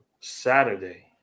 Saturday